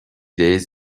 days